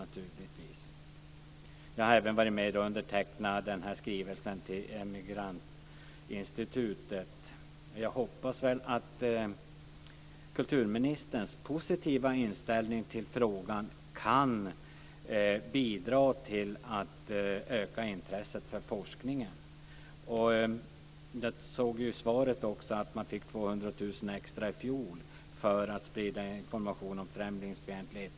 Jag har även varit med och undertecknat den här skrivelsen till Jag hoppas att kulturministerns positiva inställning till frågan kan bidra till att öka intresset för forskningen. Jag såg i svaret att man fick 200 000 kr extra i fjol för att sprida information om främlingsfientlighet.